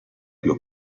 più